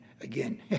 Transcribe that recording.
again